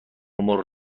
مرغ